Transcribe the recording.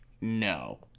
No